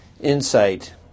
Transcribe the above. insight